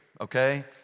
okay